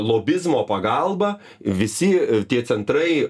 lobizmo pagalba visi tie centrai